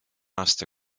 aasta